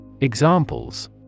Examples